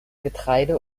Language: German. getreide